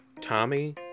Tommy